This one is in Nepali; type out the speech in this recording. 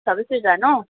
छ बजीतिर जानु